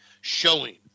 showing